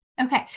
Okay